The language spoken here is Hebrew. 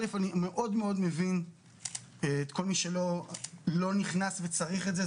אני מאוד מבין את כל מי שלא נכנס וצריך את זה,